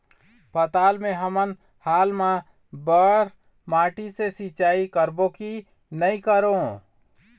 पताल मे हमन हाल मा बर माटी से सिचाई करबो की नई करों?